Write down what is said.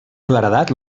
claredat